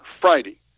Friday